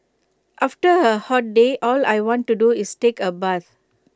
after A hot day all I want to do is take A bath